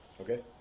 Okay